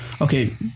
okay